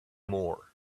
more